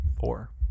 Four